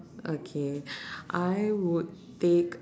okay I would take